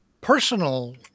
personal